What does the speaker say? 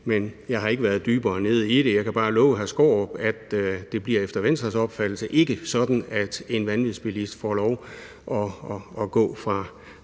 deri. Jeg har ikke været dybere nede i det. Jeg kan bare love hr. Skaarup, at det efter Venstres opfattelse ikke bliver sådan, at en vanvidsbilist får lov at gå fra